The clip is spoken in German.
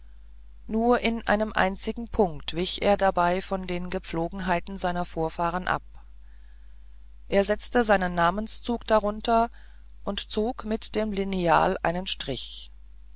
nur in einem einzigen punkte wich er dabei von den gepflogenheiten seiner vorfahren ab er setzte seinen namenszug darunter und zog mit dem lineal einen strich